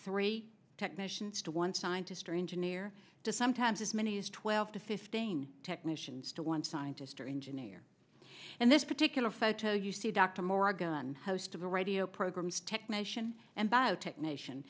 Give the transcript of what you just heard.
three technicians to one scientist or engineer to sometimes as many as twelve to fifteen technicians to one scientist or engineer and this particular photo you see dr morgan host of the radio programs technician and biotech nation